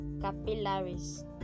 capillaries